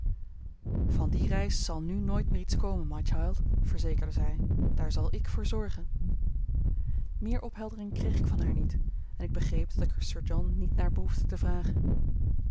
van die reis zal nu nooit meer iets komen my child verzekerde zij daar zal ik voor zorgen meer opheldering kreeg ik van haar niet en ik begreep dat ik er sir john niet naar behoefde te vragen